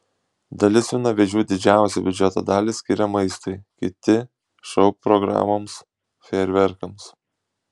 dalis jaunavedžių didžiausią biudžeto dalį skiria maistui kiti šou programoms fejerverkams